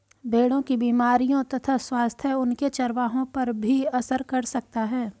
भेड़ों की बीमारियों तथा स्वास्थ्य उनके चरवाहों पर भी असर कर सकता है